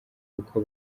kuko